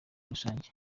rusange